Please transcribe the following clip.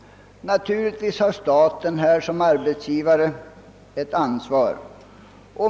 Naturligtvis har staten härvidlag ett ansvar som arbetsgivare.